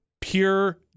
Pure